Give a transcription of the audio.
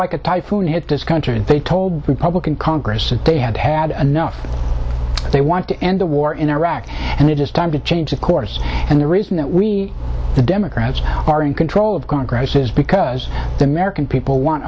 like a typhoon hit this country and they told republican congress that they had had enough they want to end the war in iraq and it is time to change the course and the reason that we the democrats are in control of congress is because the american people